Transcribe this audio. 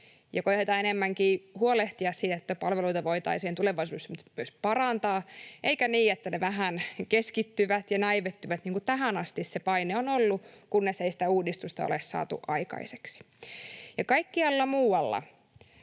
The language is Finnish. koetetaan enemmänkin huolehtia siitä, että palveluita voitaisiin tulevaisuudessa myös parantaa eikä niin, että ne vähän keskittyvät ja näivettyvät, niin kuin tähän asti se paine on ollut, kun ei sitä uudistusta ole saatu aikaiseksi. Kaikkialla muualla